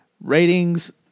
Ratings